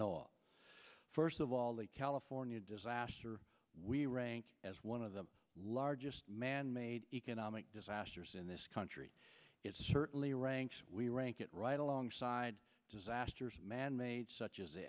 the first of all the california disaster we rank as one of the largest manmade economic disasters in this country it certainly ranks we rank it right alongside disasters manmade such as the